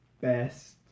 best